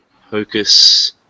Hocus